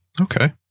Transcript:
Okay